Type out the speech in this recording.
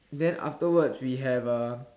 then afterwards we have uh